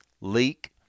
leak